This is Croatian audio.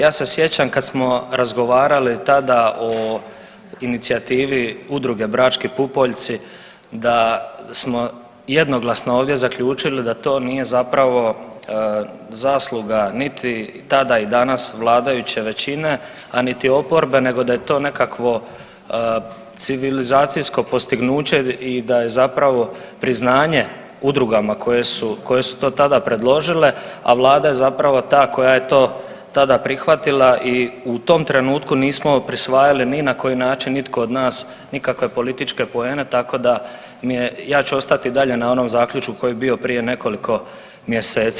Ja se sjećam kad smo razgovarali tada o inicijativi udruge „Brački pupoljci“ da smo jednoglasno ovdje zaključili da to nije zapravo zasluga niti tada i danas vladajuće većine, a niti oporbe nego da je to nekakvo civilizacijsko postignuće i da je zapravo priznanje udrugama koje su, koje su to tada predložile, a vlada je zapravo ta koja je to tada prihvatila i u tom trenutku nismo prisvajali ni na koji način nitko od nas nikakve političke poene tako da mi je, ja ću ostati i dalje na onom zaključku koji je bio prije nekoliko mjeseci.